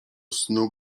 snu